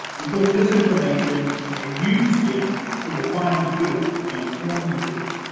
we took this information and used it to refine the tour and inform the tour,